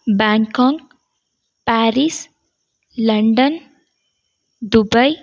Bangkok Paris London Dubai